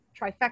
trifecta